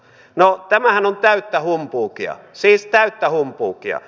no tämähän on täyttä humpuukia